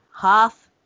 half